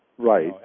Right